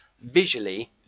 visually